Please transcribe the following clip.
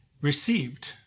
received